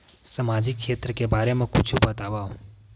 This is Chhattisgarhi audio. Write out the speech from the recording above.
सामाजिक क्षेत्र के बारे मा कुछु बतावव?